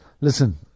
listen